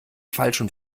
falschen